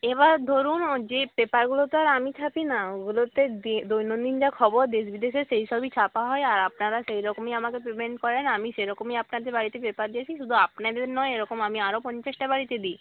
এবার ধরুন আমার যে পেপারগুলো তো আর আমি ছাপি না ওগুলোতে দৈনন্দিন যা খবর দেশ বিদেশের সেই সবই ছাপা হয় আর আপনারা সেই রকমই আমাকে পেমেন্ট করেন আমি সেরকমই আপনাদের বাড়িতে পেপার দিয়ে আসি শুধু আপনাদের নয় এরকম আমি আরো পঞ্চাশটা বাড়িতে দিই